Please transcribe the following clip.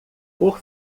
por